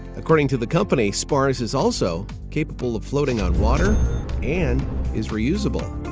according to the company, spars is also capable of floating on water and is reusable.